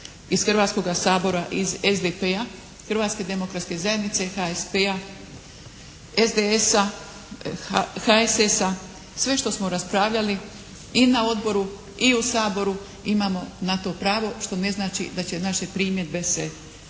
iz Hrvatskoga sabora, iz SDP-a, Hrvatske demokratske zajednice, HSP-a, SDS-a, HSS-a. sve što smo raspravljali i na odboru i na Saboru imamo na to pravo što ne znači da će naše primjedbe se